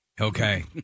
Okay